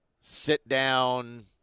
sit-down